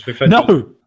No